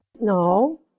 No